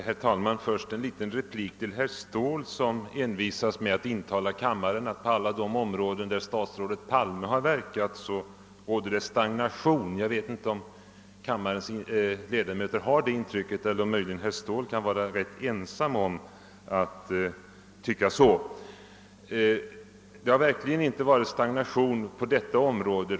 Herr talman! Först en liten replik till herr Ståhl, som envisas med att intala kammaren att det råder stagnation på alla de områden där statsrådet Palme har verkat. Jag vet inte om kammarens ledamöter har det intrycket eller om möjligen herr Ståhl är rätt ensam om att tycka så. Det har verkligen inte varit stagnation på detta område.